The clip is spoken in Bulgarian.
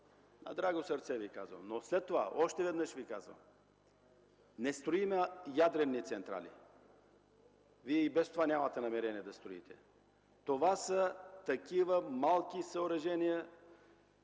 на драго сърце! Още веднъж Ви казвам: не строим ядрени централи. Вие и без това нямате намерение да строите. Това са такива малки съоръжения,